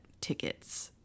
tickets